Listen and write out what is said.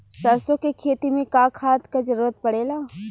सरसो के खेती में का खाद क जरूरत पड़ेला?